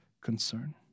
concern